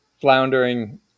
floundering